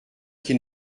qui